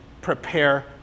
prepare